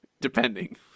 depending